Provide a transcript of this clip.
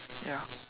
ya